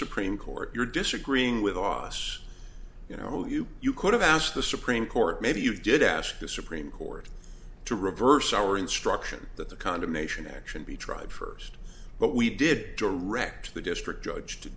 supreme court you're disagreeing with office you know you you could have asked the supreme court maybe you did ask the supreme court to reverse our instruction that the condemnation action be tried first but we did direct the district judge to